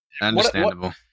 understandable